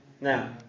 Now